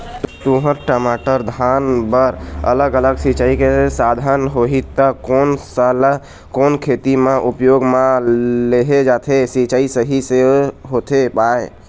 तुंहर, टमाटर, धान बर अलग अलग सिचाई के साधन होही ता कोन सा ला कोन खेती मा उपयोग मा लेहे जाथे, सिचाई सही से होथे पाए?